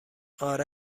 آره